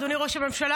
אדוני ראש הממשלה,